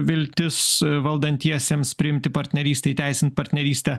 viltis valdantiesiems priimti partnerystę įteisint partnerystę